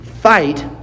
fight